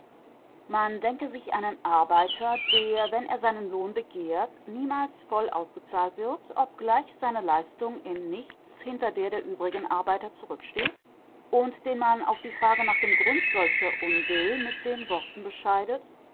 man denke sich einen arbeiter der wenn er seinen lohn begehrt niemals voll ausgezahlt wird obgleich seine leistung in nichts hinter der der übrigen arbeiter zurücksteht und den man auf die frage nach dem grund solcher unbill mit den worten bescheidet